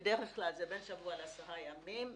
בדרך כלל זה בין שבוע לעשרה ימים.